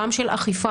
גם של אכיפה